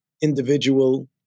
individual